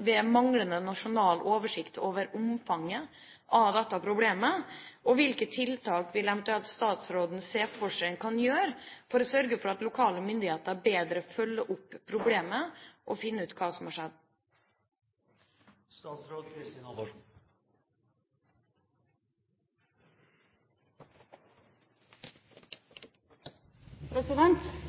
ved manglende nasjonal oversikt over omfanget av dette problemet, og hvilke tiltak vil statsråden eventuelt se for seg at man kan gjøre for å sørge for at lokale myndigheter bedre følger opp problemet for å finne ut hva som har